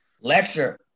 Lecture